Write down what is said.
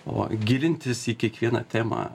o gilintis į kiekvieną temą